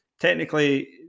technically